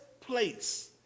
place